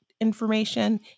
information